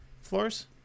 floors